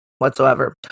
whatsoever